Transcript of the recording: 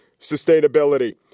sustainability